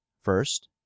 first